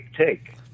take